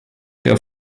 der